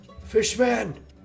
Fishman